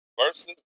versus